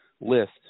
list